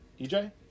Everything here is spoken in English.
ej